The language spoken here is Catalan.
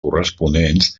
corresponents